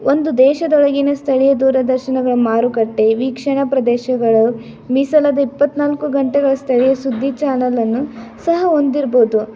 ಒಂದು ದೇಶದೊಳಗಿನ ಸ್ಥಳೀಯ ದೂರದರ್ಶನಗಳ ಮಾರುಕಟ್ಟೆ ವೀಕ್ಷಣ ಪ್ರದೇಶಗಳು ಮೀಸಲಾದ ಇಪ್ಪತ್ತ್ನಾಲ್ಕು ಗಂಟೆಗಳ ಸ್ಥಳೀಯ ಸುದ್ದಿ ಚಾನೆಲನ್ನು ಸಹ ಹೊಂದಿರ್ಬೋದು